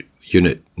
unit